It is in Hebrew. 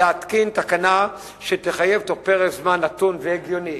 תקנה שתחייב בתוך פרק זמן נתון והגיוני